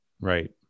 Right